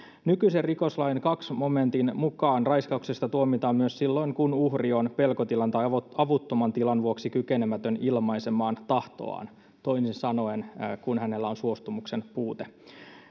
nykyisen rikoslain toisen momentin mukaan raiskauksesta tuomitaan myös silloin kun uhri on pelkotilan tai avuttoman tilan vuoksi kykenemätön ilmaisemaan tahtoaan toisin sanoen kun hänellä on suostumuksen puute